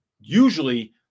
usually